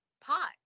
pot